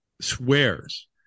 swears